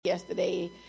yesterday